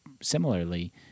similarly